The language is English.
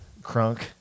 Crunk